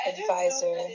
advisor